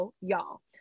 y'all